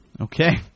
okay